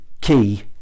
key